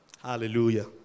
Hallelujah